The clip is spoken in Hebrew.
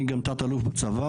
אני גם תת אלוף בצבא,